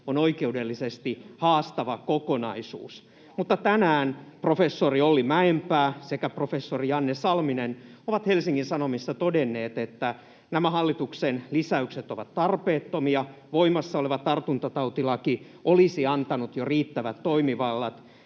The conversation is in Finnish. on oikeudellisesti haastava kokonaisuus. Mutta tänään professori Olli Mäenpää sekä professori Janne Salminen ovat Helsingin Sanomissa todenneet, että nämä hallituksen lisäykset ovat tarpeettomia ja että voimassa oleva tartuntatautilaki olisi antanut jo riittävän toimivallan